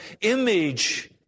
image